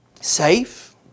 Safe